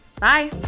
Bye